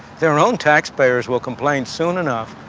their own taxpayers will complain soon enough,